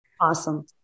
Awesome